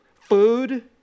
food